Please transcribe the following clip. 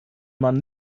man